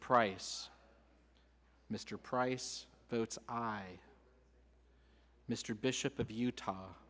price mr price votes i mr bishop of utah